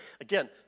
Again